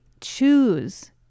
choose